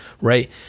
Right